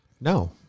no